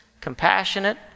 compassionate